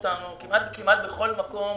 זו כמעט פעם ראשונה שיש הסכמה בין הכנסת לרשות השופטת.